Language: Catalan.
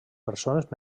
persones